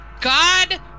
God